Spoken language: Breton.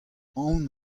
aon